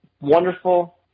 wonderful